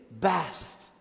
best